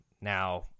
Now